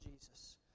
Jesus